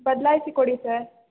ಬದಲಾಯಿಸಿ ಕೊಡಿ ಸರ್